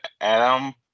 Adam